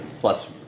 plus